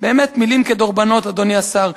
באמת, מלים כדרבונות, אדוני השר.